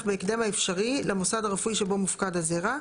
בהקדם האפשרי למוסד הרפואי שבו מופקד הזרע.